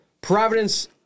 Providence